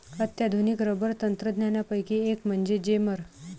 अत्याधुनिक रबर तंत्रज्ञानापैकी एक म्हणजे जेमर